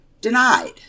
denied